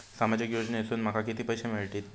सामाजिक योजनेसून माका किती पैशे मिळतीत?